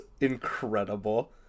incredible